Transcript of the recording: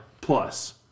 Plus